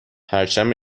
پرچم